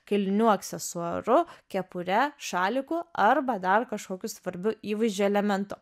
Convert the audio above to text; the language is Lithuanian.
kailiniu aksesuaru kepure šaliku arba dar kažkokiu svarbiu įvaizdžio elementu